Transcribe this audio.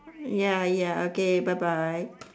ya ya okay bye bye